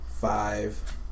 five